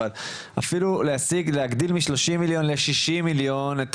אבל אפילו להגדיל מ-30 מיליון ל-60 מיליון את